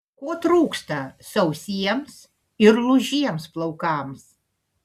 ko trūksta sausiems ir lūžiems plaukams